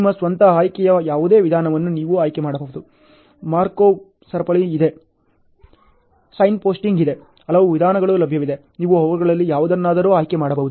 ನಿಮ್ಮ ಸ್ವಂತ ಆಯ್ಕೆಯ ಯಾವುದೇ ವಿಧಾನವನ್ನು ನೀವು ಆಯ್ಕೆ ಮಾಡಬಹುದು ಮಾರ್ಕೊವ್Markov ಸರಪಳಿ ಇದೆ ಸೈನ್ಪೋಸ್ಟಿಂಗ್ ಇದೆ ಹಲವು ವಿಧಾನಗಳು ಲಭ್ಯವಿದೆ ನೀವು ಅವುಗಳಲ್ಲಿ ಯಾವುದನ್ನಾದರೂ ಆಯ್ಕೆ ಮಾಡಬಹುದು